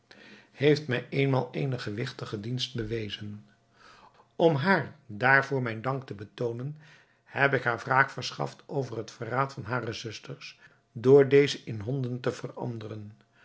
heeft mij eenmaal eene gewigtige dienst bewezen om haar daarvoor mijn dank te betoonen heb ik haar wraak verschaft over het verraad van hare zusters door deze in honden te veranderen